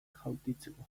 jaurtitzeko